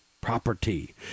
property